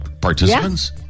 participants